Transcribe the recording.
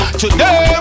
today